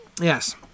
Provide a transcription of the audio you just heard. yes